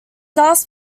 last